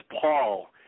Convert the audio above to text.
Paul